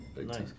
nice